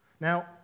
Now